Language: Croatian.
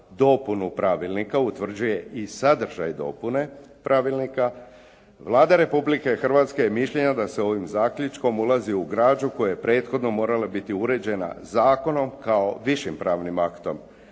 dopunu pravilnika utvrđuje i sadržaj dopune pravilnika, Vlada Republike Hrvatske je mišljenja da se ovim zaključkom ulazi u građu koja je prethodno morala biti uređena zakonom kao višim pravnim aktom,